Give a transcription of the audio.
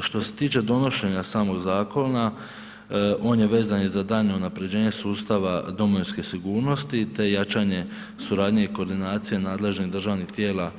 Što se tiče donošenja samog zakona on je vezan i za daljnje unapređenje sustava domovinske sigurnosti te jačanje suradnje i koordinacija nadležnih državnih tijela